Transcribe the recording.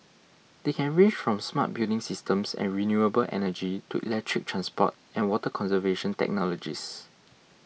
they can range from smart building systems and renewable energy to electric transport and water conservation technologies